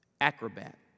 acrobat